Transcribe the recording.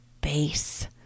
base